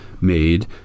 made